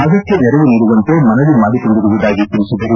ಅಗತ್ತ ನೆರವು ನೀಡುವಂತೆ ಮನವಿ ಮಾಡಿಕೊಂಡಿರುವುದಾಗಿ ತಿಳಿಸಿದರು